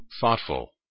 thoughtful